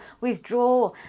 withdraw